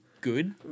good